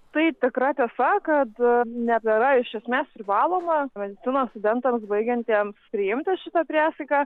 taip tikra tiesa kad nebėra iš esmės privalomą medicinos studentams baigiantiems priimta šita priesaika